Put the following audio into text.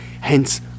Hence